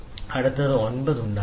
അടുത്തത് 9 is നിങ്ങൾ 9 ഉണ്ടാക്കുന്നു